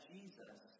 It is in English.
Jesus